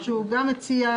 בבקשה,